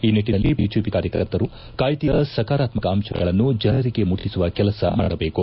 ಈ ನಿಟ್ಟನಲ್ಲಿ ಬಿಜೆಪಿ ಕಾರ್ಯಕರ್ತರು ಕಾಯ್ದೆಯ ಸಕಾರಾತ್ಸಕ ಅಂಶಗಳನ್ನು ಜನರಿಗೆ ಮುಟ್ಟಸುವ ಕೆಲಸ ಮಾಡಬೇಕು